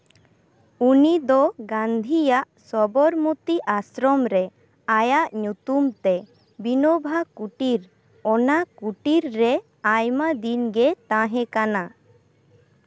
ᱩᱱᱤᱫᱚ ᱜᱟᱱᱫᱷᱤᱭᱟᱜ ᱥᱚᱵᱚᱨᱢᱚᱛᱤ ᱟᱥᱨᱚᱢᱨᱮ ᱟᱭᱟᱜ ᱧᱩᱛᱩᱢᱛᱮ ᱵᱤᱱᱳᱵᱷᱟ ᱠᱩᱴᱤᱨ ᱚᱱᱟ ᱠᱩᱴᱤᱨ ᱨᱮ ᱟᱭᱢᱟ ᱫᱤᱱ ᱜᱮᱭ ᱛᱟᱦᱮᱸ ᱠᱟᱱᱟ